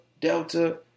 delta